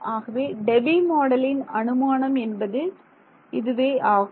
ஆகவே டெபி மாடலின் அனுமானம் என்பது இதுவே ஆகும்